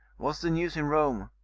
what's the news in rome?